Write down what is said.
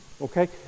okay